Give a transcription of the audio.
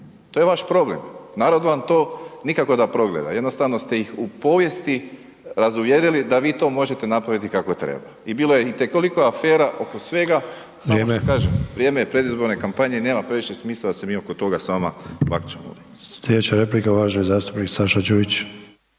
to je vaš problem, narod vam to nikako da progleda, jednostavno ste ih u povijesti razuvjerili da vi to možete napraviti kako treba i bilo je itekoliko afera oko svega, samo što kažem, vrijeme je predizborne kampanje i nema previše smisla da se mi oko toga samo bakćemo.